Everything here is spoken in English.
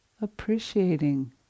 appreciating